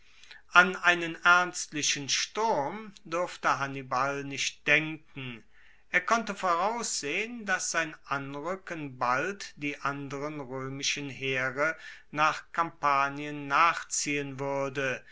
an einen ernstlichen sturm durfte hannibal nicht denken er konnte voraussehen dass sein anruecken bald die anderen roemischen heere nach kampanien nachziehen wuerde